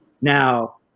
now